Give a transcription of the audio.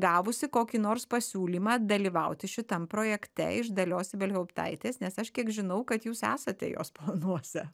gavusi kokį nors pasiūlymą dalyvauti šitam projekte iš dalios ibelhauptaitės nes aš kiek žinau kad jūs esate jos planuose